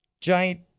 giant